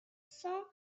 cents